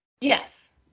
Yes